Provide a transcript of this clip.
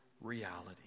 reality